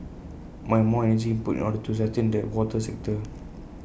more and more energy input in order to sustain the water sector